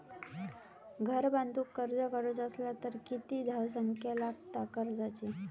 घर बांधूक कर्ज काढूचा असला तर किती धावसंख्या लागता कर्जाची?